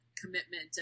commitment